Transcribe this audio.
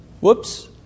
Whoops